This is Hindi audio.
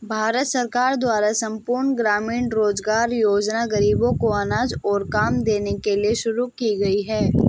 भारत सरकार द्वारा संपूर्ण ग्रामीण रोजगार योजना ग़रीबों को अनाज और काम देने के लिए शुरू की गई है